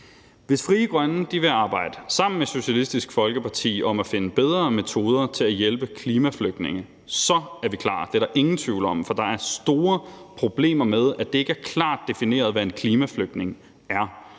Hvis Frie Grønne vil arbejde sammen med Socialistisk Folkeparti om at finde bedre metoder til at hjælpe klimaflygtninge, så er vi klar! Det er der ingen tvivl om. Der er store problemer med, at det ikke er klart defineret, hvad en klimaflygtning er.